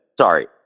Sorry